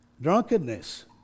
drunkenness